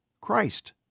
Christ